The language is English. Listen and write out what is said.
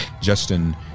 Justin